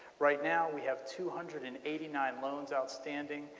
right now we have two hundred and eighty nine loans outstanding.